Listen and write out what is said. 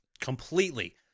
Completely